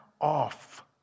off